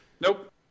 Nope